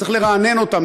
צריך לרענן אותם,